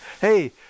hey